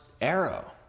arrow